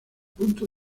punto